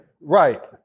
Right